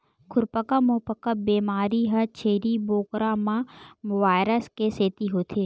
खुरपका मुंहपका बेमारी ह छेरी बोकरा म वायरस के सेती होथे